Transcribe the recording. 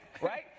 right